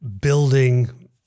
building